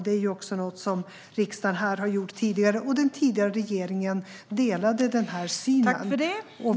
Det har riksdagen också gjort tidigare, och den tidigare regeringen delade den synen.